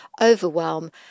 overwhelm